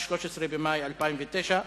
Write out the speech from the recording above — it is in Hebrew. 13 במאי 2009,